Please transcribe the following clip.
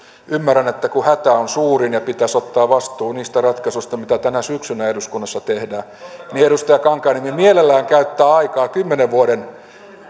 ymmärrän että kun hätä on suurin ja pitäisi ottaa vastuu niistä ratkaisuista mitä tänä syksynä eduskunnassa tehdään niin edustaja kankaanniemi mielellään käyttää aikaa kymmenen vuoden